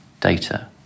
data